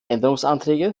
änderungsanträge